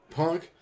punk